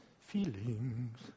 feelings